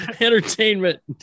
entertainment